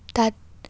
তাত